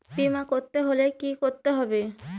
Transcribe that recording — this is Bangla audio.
বিমা করতে হলে কি করতে হবে?